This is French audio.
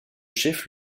chef